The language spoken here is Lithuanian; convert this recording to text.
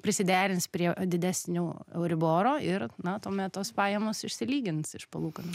prisiderins prie didesnių euriboro ir na tuomet tos pajamos išsilygins iš palūkanų